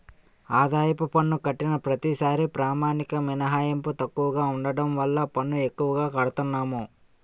ఆదాయపు పన్ను కట్టిన ప్రతిసారీ ప్రామాణిక మినహాయింపు తక్కువగా ఉండడం వల్ల పన్ను ఎక్కువగా కడతన్నాము